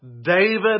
David